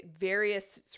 various